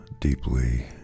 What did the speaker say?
deeply